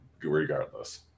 regardless